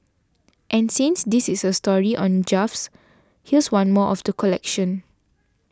and since this is a story on gaffes here's one more of the collection